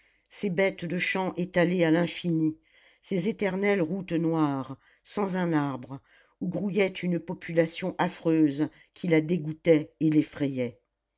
ces bêtes de champs étalés à l'infini ces éternelles routes noires sans un arbre où grouillait une population affreuse qui la dégoûtait et l'effrayait